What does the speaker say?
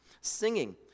singing